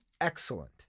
Excellent